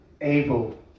Able